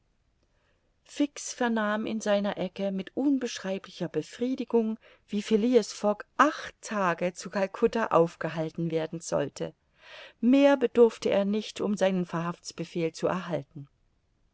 fix vernahm in seiner ecke mit unbeschreiblicher befriedigung wie phileas fogg acht tage zu calcutta aufgehalten werden sollte mehr bedurfte er nicht um seinen verhaftsbefehl zu erhalten